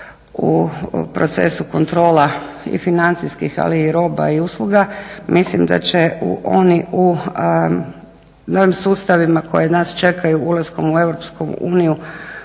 u procesu kontrola i financijskih ali i roba i usluga. Mislim da će oni u novim sustavima koji nas čekaju ulaskom u EU